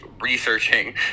researching